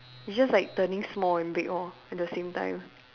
it's just like turning small and big lor at the same time